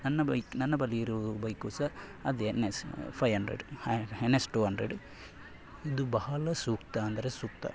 ನನ್ನ ಬೈಕ್ ನನ್ನ ಬಳಿ ಇರುವ ಬೈಕು ಸಹ ಅದೇ N S five hundred N S two hundred ಇದು ಬಹಳ ಸೂಕ್ತ ಅಂದರೆ ಸೂಕ್ತ